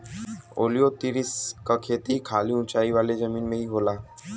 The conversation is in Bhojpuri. ओलियोतिरिस क खेती खाली ऊंचाई वाले जमीन में ही होला